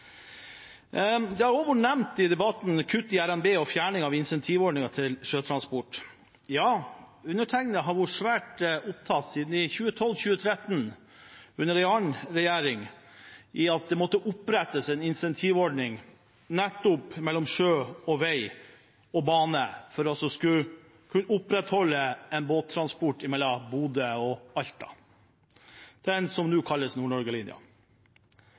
Det har også vært nevnt i debatten kutt i RNB og fjerning av incentivordningen til sjøtransport. Jeg har siden 2012–2013, under en annen regjering, vært svært opptatt av at det måtte opprettes en incentivordning nettopp mellom sjø og vei og bane for å kunne opprettholde båttransport mellom Bodø og Alta, det som nå kalles